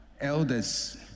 elders